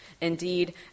Indeed